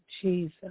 Jesus